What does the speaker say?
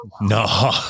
no